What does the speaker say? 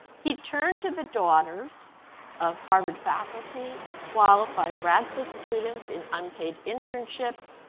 he turned to the daughters of harvard faculty, qualified radcliffe students in unpaid internships,